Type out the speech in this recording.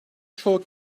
çoğu